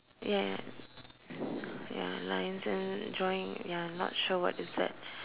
ya ya ya lines and drawing ya not sure what is that